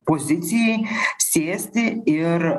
pozicijai sėsti ir